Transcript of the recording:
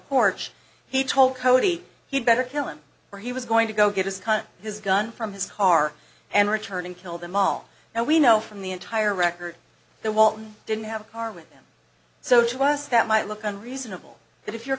porch he told cody he'd better kill him or he was going to go get his cut his gun from his car and return and kill them all now we know from the entire record the walton didn't have a car with him so she was that might look and reasonable that if you're